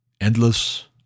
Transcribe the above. endless